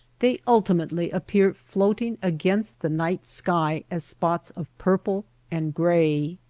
they ultimately appear floating against the night sky as spots of purple and gray.